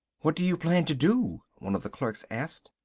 what do you plan to do? one of the clerks asked.